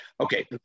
Okay